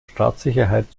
staatssicherheit